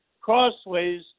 crossways